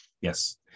Yes